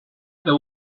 there